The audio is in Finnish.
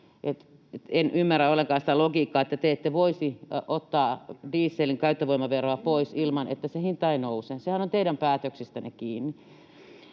En ymmärrä ollenkaan sitä logiikkaa, että te ette voisi ottaa dieselin käyttövoimaveroa pois ilman, että se hinta ei nouse. Sehän on teidän päätöksistänne kiinni.